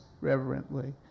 reverently